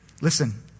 Listen